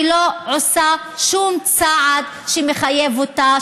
היא לא עושה שום צעד שמחייב אותה,